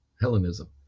Hellenism